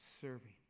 serving